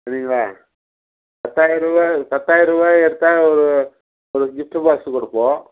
சரிங்களா பத்தாயிரம்ருபா பத்தாயிர்ருபா எடுத்தால் ஒரு ஒரு கிஃப்ட்டு பாக்ஸ்ஸு கொடுப்போம்